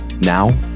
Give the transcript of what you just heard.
now